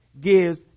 gives